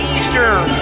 Eastern